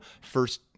first